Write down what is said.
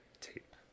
Tape